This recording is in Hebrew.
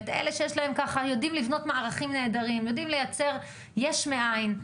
את אלה שיודעים לבנות מערכים נהדרים ולייצר יש מאין.